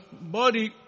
body